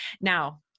Now